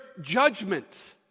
judgment